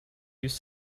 use